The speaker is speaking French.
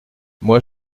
moi